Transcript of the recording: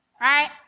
right